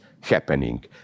happening